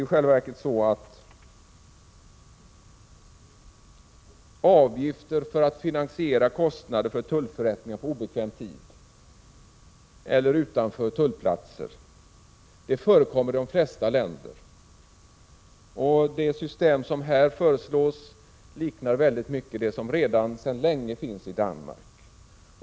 I själva verket förekommer i de flesta länder avgifter för att finansiera kostnader för tullförrättningar på obekväm arbetstid eller utanför tullplatsen. Det system som här föreslås liknar mycket det som sedan länge finns i Danmark.